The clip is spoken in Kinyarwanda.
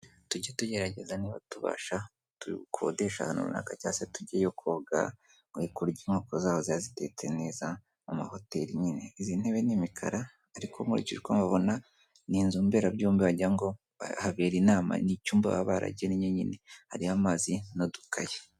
Tuge tugerageza niba tubasha gukodesha ahantu runaka cyangwa tujyeyo koga nkayi kurya inko zaho zazitetse neza amahoteli nyine izi ntebe n imikara ariko nkurikikirwa babona ni inzu mberabyombi bajya ngo bahabera inama n'icyumba baba baragennye nyine hariyo amazi n'udukaye.